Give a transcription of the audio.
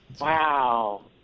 wow